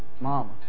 Mama